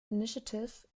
initiative